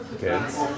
kids